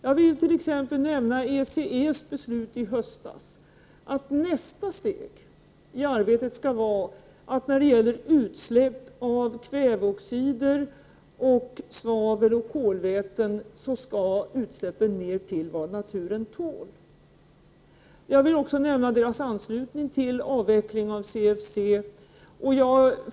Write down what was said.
Jag vill t.ex. nämna ECE:s beslut i höstas att nästa steg i arbetet skall vara att utsläppen av kväveoxider, svavel och kolväten skall ned till vad naturen tål. Jag vill också nämna deras anslutning till CFC-beslutet.